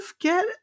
get